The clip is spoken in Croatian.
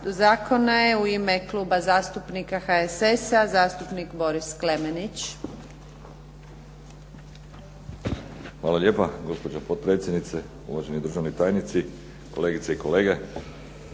zakona, je u ime Kluba zastupnika HSS-a zastupnik Boris Klemenić. **Klemenić, Boris (HSS)** Hvala lijepo gospođo potpredsjednice, uvaženi državni tajnici, kolegice i kolege.